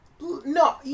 No